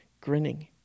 grinning